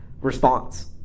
response